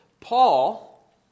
Paul